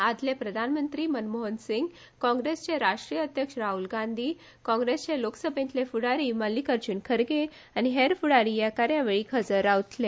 आदले प्रधानमंत्री मनमोहन सिंग काँग्रेसीचे राष्ट्रीय अध्यक्ष राहल गांधी काँग्रेसीचे लोकसभा फूडारी मल्लीकार्जुन खरगे आनी हेर फूडारी कार्यावळीक हजर रावतले